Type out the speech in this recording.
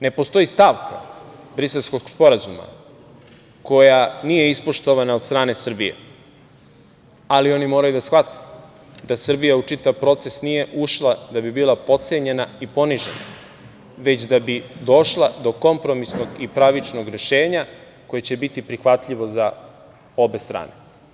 Ne postoji stavka Briselskog sporazuma koja nije ispoštovana od strane Srbije, ali oni moraju da shvate da Srbija u čitav proces nije ušla da bi bila potcenjena i ponižena već da bi došla do kompromisnog i pravičnog rešenja koje će biti prihvatljivo za obe strane.